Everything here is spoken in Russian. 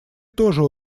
тоже